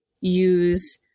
use